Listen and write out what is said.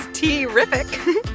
terrific